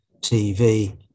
TV